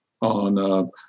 on